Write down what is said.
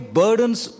burdens